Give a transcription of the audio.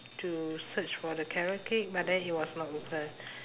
to search for the carrot cake but then it was not open